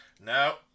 No